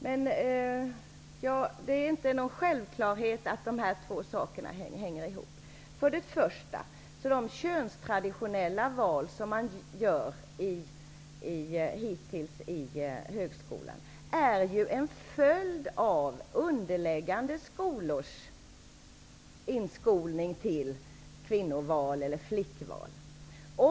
Men det är inte någon självklarhet att de här två sakerna hänger ihop. För det första är de könstraditionella val som man har gjort hittills i högskolan en följd av underliggande skolors inskolning till kvinnoval eller flickval.